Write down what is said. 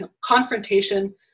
confrontation